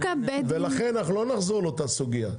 לכן אנחנו לא נחזור לאותה סוגיה.